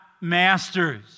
masters